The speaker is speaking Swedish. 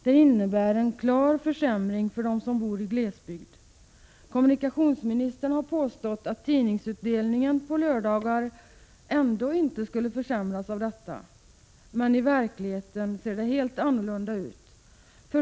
Det innebär en klar försämring för dem som bor i glesbygd. Kommunikationsministern har påstått att tidningsutdelningen på lördagar ändå inte skall försämras av detta. Men i verkligheten ser det helt annorlunda ut.